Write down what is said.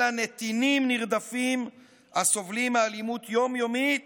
אלא נתינים נרדפים הסובלים מאלימות יום-יומית